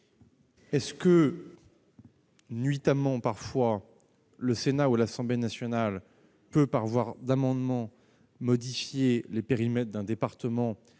Est-ce que, nuitamment parfois, le Sénat et l'Assemblée nationale peuvent, par voie d'amendement, modifier le périmètre d'un département